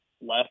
left